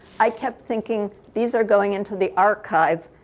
i kept thinking, these are going into the archive.